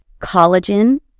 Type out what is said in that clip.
Collagen